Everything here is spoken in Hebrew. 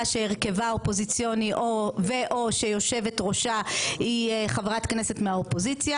שהרכבה אופוזיציוני ו/או שיושבת ראשה היא חברת כנסת מהאופוזיציה.